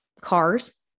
cars